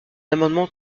amendement